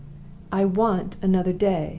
i want another day!